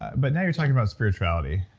but now you're talking about spirituality,